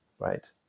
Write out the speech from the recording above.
right